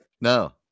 No